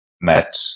met